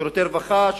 שירותי רווחה,